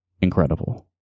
incredible